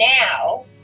now